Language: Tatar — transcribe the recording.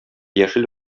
яшел